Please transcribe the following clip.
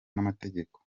n’amategeko